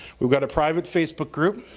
we've got a private facebook group,